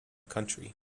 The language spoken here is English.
country